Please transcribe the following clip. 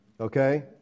okay